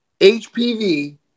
HPV